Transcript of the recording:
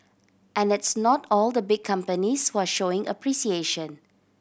and it's not all the big companies who are showing appreciation